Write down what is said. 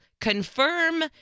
confirm